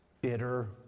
Bitter